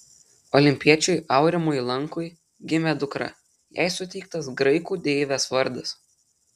olimpiečiui aurimui lankui gimė dukra jai suteiktas graikų deivės vardas